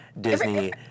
Disney